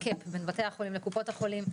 בין בתי החולים לקופות החולים,